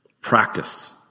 Practice